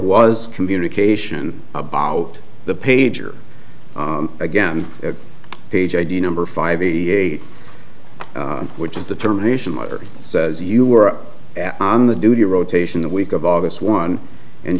was communication about the pager again page id number five e eight which is determination mother says you were on the duty rotation the week of august one and